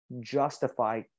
justify